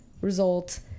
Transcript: result